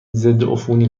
ضدعفونی